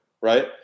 right